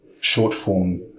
short-form